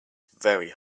very